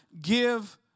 give